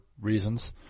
reasons